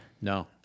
No